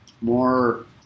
more